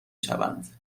شوند